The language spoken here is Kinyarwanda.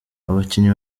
abakinnyi